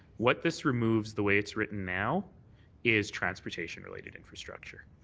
what this removes the way it's written now is transportation-related infrastructure.